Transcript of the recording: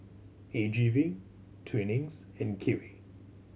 A G V Twinings and Kiwi